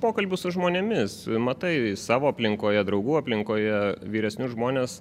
pokalbių su žmonėmis matai savo aplinkoje draugų aplinkoje vyresnius žmones